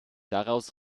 daraus